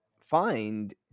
find